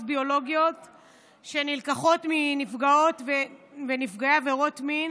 ביולוגיות שנלקחות מנפגעות ונפגעי עבירות מין